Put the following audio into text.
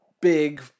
big